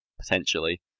Potentially